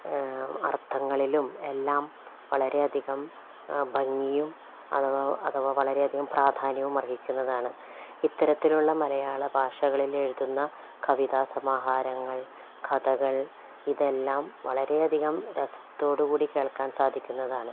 അർത്ഥങ്ങളിലും എല്ലാം വളരെയധികം ഭംഗിയും അഥവാ അഥവാ വളരെയധികം പ്രാധാന്യവും അർഹിക്കുന്നതാണ് ഇത്തരത്തിലുള്ള മലയാള ഭാഷകളിൽ എഴുതുന്ന കവിതാസമാഹാരങ്ങൾ കഥകൾ ഇതെല്ലാം വളരെയധികം രസത്തോട് കൂടി കേൾക്കാൻ സാധിക്കുന്നതാണ്